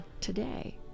today